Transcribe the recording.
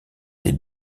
des